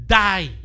die